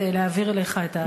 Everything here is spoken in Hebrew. להעביר אליך את,